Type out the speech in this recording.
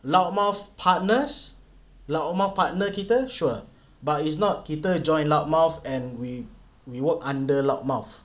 loudmouth partners loudmouth partner kita sure but it's not kita joined loudmouth and we we work under lock mouth